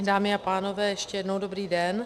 Dámy a pánové, ještě jednou dobrý den.